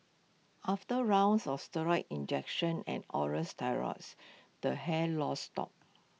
after rounds of steroid injections and oral steroids the hair loss stopped